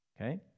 Okay